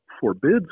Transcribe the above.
forbids